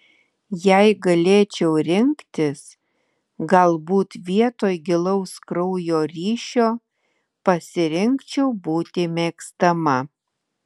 jei galėčiau rinktis galbūt vietoj gilaus kraujo ryšio pasirinkčiau būti mėgstama